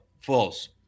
false